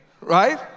right